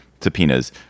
subpoenas